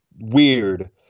weird